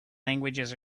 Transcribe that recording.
languages